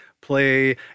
play